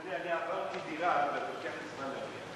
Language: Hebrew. אדוני, אני עברתי דירה וזה לוקח לי זמן להגיע.